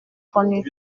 connu